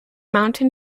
mountain